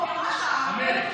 04:00,